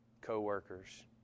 co-workers